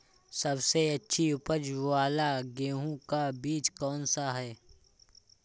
सबसे अच्छी उपज वाला गेहूँ का बीज कौन सा है?